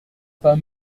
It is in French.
pas